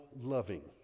loving